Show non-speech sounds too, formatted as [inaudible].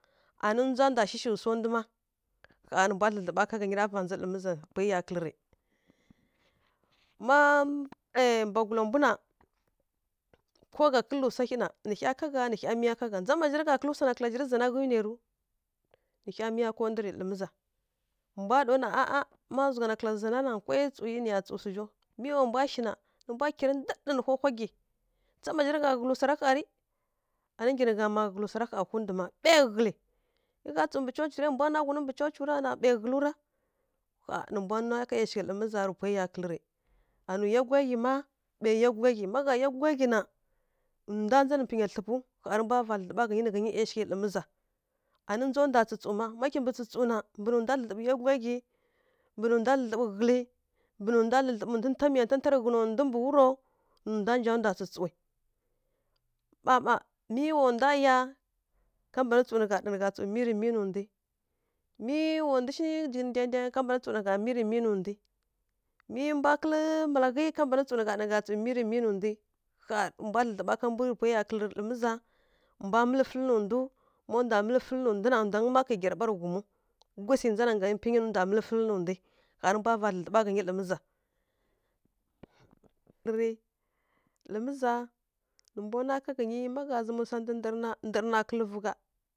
Ani ndza ndwa shíshi swa ndu má, ƙha rǝ mbwa dlǝdlǝɓa ghǝnyi lǝ miza pwai ya kǝlǝ rǝ. Má ˈyi mbwagula mbu na, ko gha kǝlǝ swa hyi na nǝ hya ká ghá nǝ hya miya gha ndza mǝra zha rǝ gha kǝlǝ swana kǝla zhi ri zana ghǝi nwai rǝw? Nǝ hya miya ka ndu rǝ lǝ miza, mbwa ɗaw na a a ma zghuna kǝla zana na nkwai tsǝw nǝya tsǝw swu zhaw, mi wa mbwa shi na, nǝ mbwa kyirǝ ndǝɗǝ nǝ hohwa gyi. Ndza mǝna zha rǝ gha ghǝlǝ swa zha gha ri? Ani nggyi nǝ gha mma ghǝlǝ swara ƙha hundǝ má, ɓai ghǝlǝ. Má gha tsǝw mbǝ coci rai mbwa nwa ghunu mbǝ coci na ɓai ghǝlu ra. Ƙha nǝ mbwa nwa ká ˈyashigha lǝ miza pwai ya kǝlǝ rǝ. Anuwi yá gudlya ghyi má, ɓai yá gudlya ghyi má gha yá gudlya ghyi na, ndwa ndza nǝ mpǝya thlǝpǝw, ƙha rǝ mbwa va dlǝdlǝɓa ghǝnyi nǝ nyi ˈyashighǝ lǝ miza. Ani ndza ndwa tsǝtsǝw má. Ma kimbǝ tsǝtsǝw na, mbǝ nǝ ndwa dlǝdlǝɓǝ yá gudlyaghyi, mbǝ nǝ ndwa dlǝdlǝɓǝ ghǝlǝ mbǝ nŋdwa dlǝdlǝɓǝ ntǝnta miya ntǝnta rǝ ghǝna ndwi mbǝ wuro, nǝ ndwa nja ndwa tsǝtsǝwi. Ƙha mma mi wa ndwa yá, ka mban tsǝw nǝ gha ɗa nǝ gha tsǝw miri miyi nǝ ndwi. Mi wa ndu shi jighǝnǝ ndai ndangǝ ka mban tsǝw nǝ gha ɗa nǝ gha tsǝw miri miyi nǝ ndwi. Mi mbwa kǝlǝ malaghǝ ká mban tsǝw nǝ gha ɗa nǝ gha tsǝw miri miyi nǝ ndwi. Ƙha nǝ mbwa dlǝdlǝɓa ka mbwi rǝ pwai ya kǝlǝ rǝ lǝ miza, mbwa mǝlǝ fǝlǝ nǝ ndu ma ndwa mǝlǝ fǝlǝ nǝ ndu na, ndwangǝ ma ƙhǝi gyara ɓaw rǝ ghumǝw, gusǝi ndza nangai mpǝnyi ndwa mǝlǝ fǝlǝ nǝ ndwi. Ƙha rǝ mbwa va dlǝdlǝɓa ghǝnyi lǝ miza. [unintelligible] lǝ miza nǝ mbwa nwa ká ghǝnyi, má gha zǝmǝ swa ndǝ ndǝrǝ na ndǝrǝ na kǝl vǝ gha.